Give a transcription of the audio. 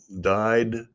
died